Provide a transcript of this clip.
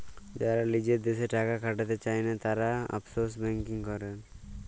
যারা লিজের দ্যাশে টাকা খাটাতে চায়না, তারা অফশোর ব্যাঙ্কিং করেক